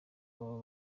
baba